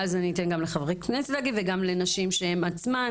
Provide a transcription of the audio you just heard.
ואז אתן גם לחברי כנסת להגיב וגם לנשים שהן בעצמן